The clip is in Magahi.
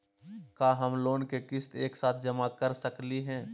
का हम लोन के किस्त एक साथ जमा कर सकली हे?